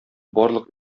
барлык